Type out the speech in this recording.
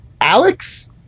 Alex